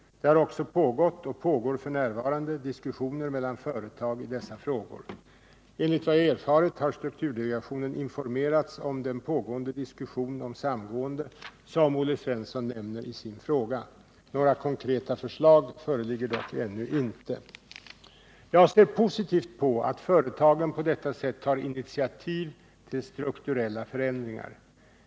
Det har också pågått och pågår f. n. diskussioner mellan företag i dessa frågor. Enligt vad jag erfarit har strukturdelegationen informerats om den pågående diskussion om samgående som Olle Svensson nämner i sin fråga. Några konkreta förslag föreligger dock ännu inte. Jag ser positivt på att företagen på detta sätt tar initiativ till strukturella förändringar.